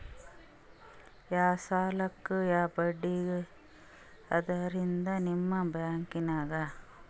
ಯಾ ಸಾಲಕ್ಕ ಯಾ ಬಡ್ಡಿ ಅದರಿ ನಿಮ್ಮ ಬ್ಯಾಂಕನಾಗ?